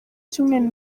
cyumweru